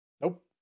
Nope